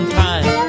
time